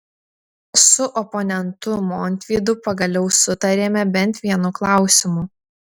su oponentu montvydu pagaliau sutarėme bent vienu klausimu